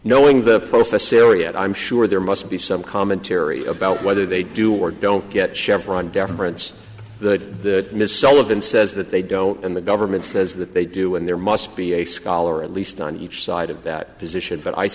knowing the professoriate i'm sure there must be some commentary about whether they do or don't get chevron deference the miss sullivan says that they don't and the government says that they do and there must be a scholar at least on each side of that position but i